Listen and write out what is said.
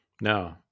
No